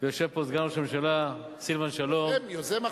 ויושב פה סגן ראש הממשלה סילבן שלום, יוזם החוק.